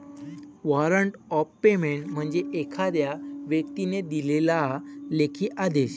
warrant of payment म्हणजे एखाद्या व्यक्तीने दिलेला लेखी आदेश